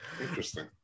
interesting